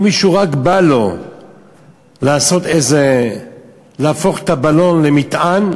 אם למישהו רק בא להפוך את הבלון למטען,